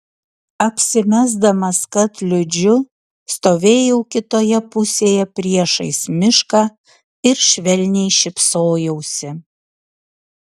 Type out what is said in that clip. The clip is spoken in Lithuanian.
apsimesdamas kad liūdžiu stovėjau kitoje pusėje priešais mišką ir švelniai šypsojausi